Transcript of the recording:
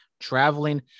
traveling